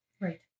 Right